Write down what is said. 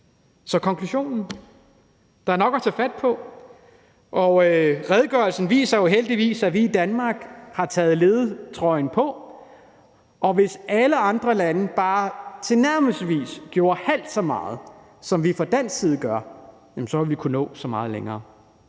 Så konklusionen er: Der er nok at tage fat på, og redegørelsen viser jo heldigvis, at vi i Danmark har taget førertrøjen på, og hvis alle andre lande bare tilnærmelsesvis gjorde halvt så meget, som vi fra dansk side gør, jamen så ville vi kunne nå så meget længere.